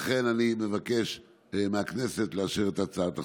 לכן אני מבקש מהכנסת לאשר את הצעת החוק.